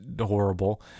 horrible